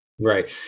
Right